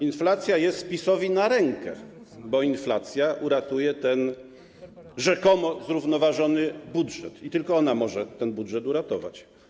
Inflacja jest PiS-owi na rękę, bo inflacja uratuje ten rzekomo zrównoważony budżet i tylko ona może ten budżet uratować.